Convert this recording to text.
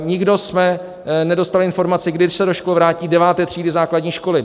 Nikdo jsme nedostali informaci, kdy se do škol vrátí 9. třídy základní školy.